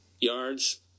yards